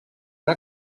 una